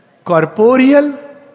Corporeal